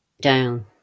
down